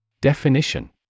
Definition